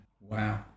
wow